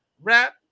Wrap